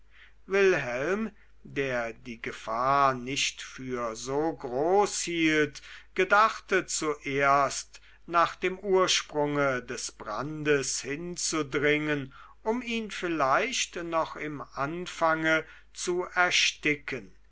wilhelm der die gefahr nicht für so groß hielt gedachte zuerst nach dem ursprunge des brandes hinzudringen um ihn vielleicht noch im anfange zu ersticken